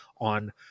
on